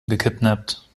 gekidnappt